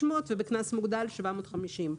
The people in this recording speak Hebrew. שקלים ובקנס מוגדל הסכום הוא 750 שקלים.